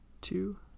two